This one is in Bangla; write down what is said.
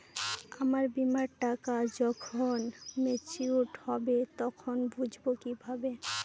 আমার বীমার টাকা যখন মেচিওড হবে তখন বুঝবো কিভাবে?